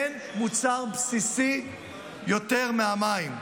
אין מוצר בסיסי יותר מהמים.